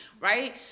Right